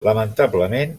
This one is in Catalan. lamentablement